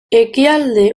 ekialde